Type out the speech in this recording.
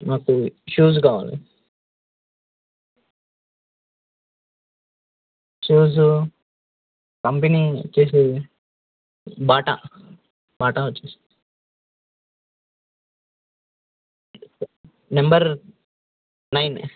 మాకు షూస్ కావాలి shoes company వచ్చేసి బాట బాటా వచ్చేసి నంబర్ నైన్